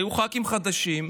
היו ח"כים חדשים,